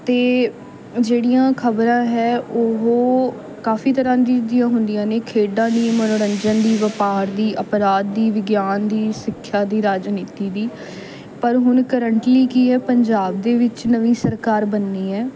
ਅਤੇ ਜਿਹੜੀਆਂ ਖ਼ਬਰਾਂ ਹੈ ਉਹ ਕਾਫ਼ੀ ਤਰ੍ਹਾਂ ਦੀ ਦੀਆਂ ਹੁੰਦੀਆਂ ਨੇ ਖੇਡਾਂ ਦੀ ਮਨੋਰੰਜਨ ਦੀ ਵਪਾਰ ਦੀ ਅਪਰਾਧ ਦੀ ਵਿਗਿਆਨ ਦੀ ਸਿੱਖਿਆ ਦੀ ਰਾਜਨੀਤੀ ਦੀ ਪਰ ਹੁਣ ਕਰੰਟਲੀ ਕੀ ਹੈ ਪੰਜਾਬ ਦੇ ਵਿੱਚ ਨਵੀਂ ਸਰਕਾਰ ਬਣਨੀ ਹੈ